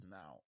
now